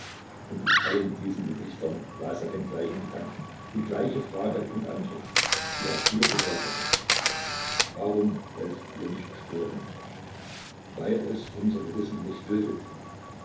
und in allen diesen gesichtern las er den gleichen gedanken die gleiche frage und antwort die er früher gehört hatte warum wollt ihr nicht schwören weil es unser gewissen nicht duldet